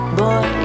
boy